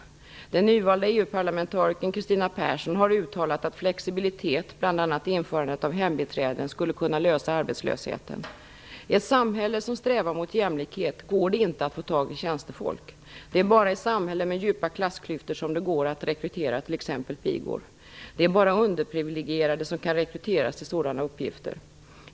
Den nyvalda EU parlamentarikern Kristina Persson har uttalat att flexibilitet, bl.a. införandet av hembiträden, skulle kunna lösa problemet med arbetslösheten. I ett samhälle som strävar mot jämlikhet går det inte att få tag i tjänstefolk. Det är bara i samhällen med djupa klassklyftor som det går att rekrytera t.ex. pigor. Det är bara underprivilegierade som kan rekryteras till sådana uppgifter.